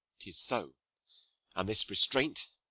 tis so and this restraint,